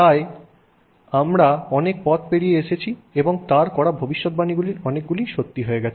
তাই আমরা অনেক পথ পেরিয়ে এসেছি এবং তার করা ভবিষ্যৎবাণীর অনেকগুলিই সত্যি হয়ে গেছে